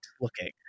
looking